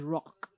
Rock